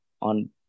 On